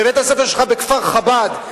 בכפר-חב"ד,